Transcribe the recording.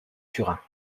turin